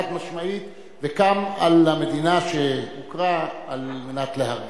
חד-משמעית, וקם על המדינה שהוכרה על מנת להורגה.